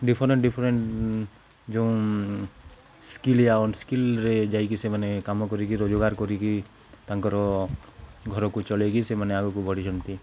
different different ଯେଉଁ skill ଆ ଅନସ୍କିଲ୍ରେ ଯାଇକି ସେମାନେ କାମ କରିକି ରୋଜଗାର କରିକି ତାଙ୍କର ଘରକୁ ଚଳେଇକି ସେମାନେ ଆଗକୁ ବଢ଼ିଛନ୍ତି